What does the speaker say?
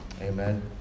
Amen